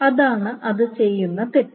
അതാണ് അത് ചെയ്യുന്ന തെറ്റ്